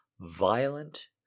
violent